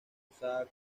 usada